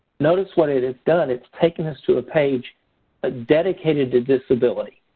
notice what it has done. it's taken us to a page dedicated to disability.